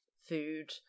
food